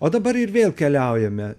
o dabar ir vėl keliaujame